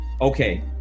Okay